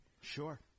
sure